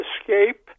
Escape